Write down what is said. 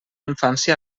infància